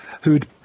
who'd